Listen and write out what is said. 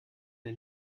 der